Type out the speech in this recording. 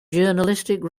journalistic